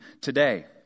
today